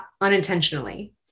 unintentionally